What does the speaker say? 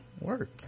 work